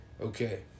Okay